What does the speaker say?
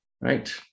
right